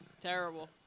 Terrible